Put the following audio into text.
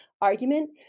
argument